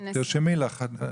עבודה,